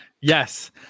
Yes